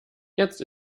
jetzt